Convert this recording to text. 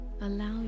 allow